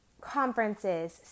conferences